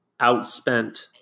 outspent